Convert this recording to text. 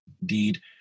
indeed